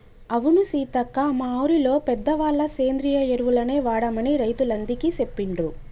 అవును సీతక్క మా ఊరిలో పెద్దవాళ్ళ సేంద్రియ ఎరువులనే వాడమని రైతులందికీ సెప్పిండ్రు